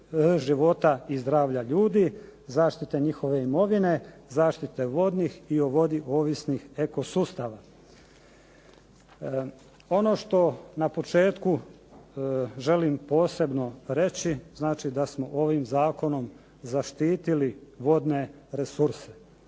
života i zdravlja ljudi, zaštite njihove imovine, zaštite vodnih i o vodi ovisnih eko sustava. Ono što na početku želim posebno reći, znači da smo ovim zakonom zaštitili vodne resurse.